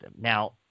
Now